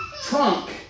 trunk